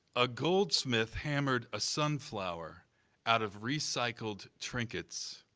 a goldsmith hammered a sunflower out of recycled trinkets.